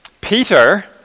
Peter